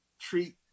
treat